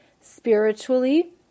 spiritually